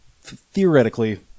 theoretically